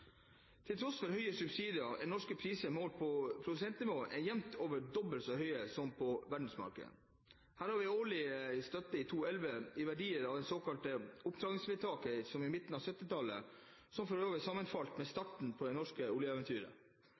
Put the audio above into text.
Til tross for høye subsidier er norske priser, målt på produsentnivå, jevnt over dobbelt så høye som på verdensmarkedet. Her ser vi den årlige støtten i 2011-verdier siden det såkalte opptrappingsvedtaket på midten av 1970-tallet, som for øvrig sammenfalt med starten på det norske oljeeventyret.